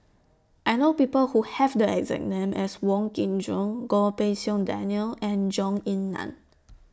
I know People Who Have The exact name as Wong Kin Jong Goh Pei Siong Daniel and Zhou Ying NAN